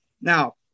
Now